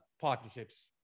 partnerships